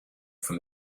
from